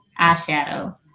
eyeshadow